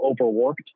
overworked